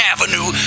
Avenue